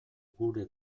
gure